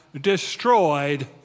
destroyed